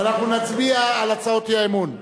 ואנחנו נצביע על הצעות האי-אמון.